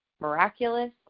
miraculous